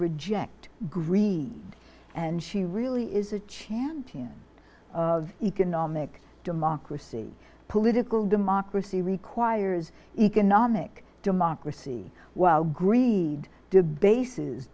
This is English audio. reject greed and she really is a chance of economic democracy political democracy requires economic democracy while greed debases